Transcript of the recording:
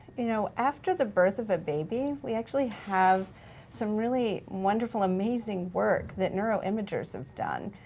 you know after the birth of a baby, we actually have some really wonderful amazing work that neuroimagers have done,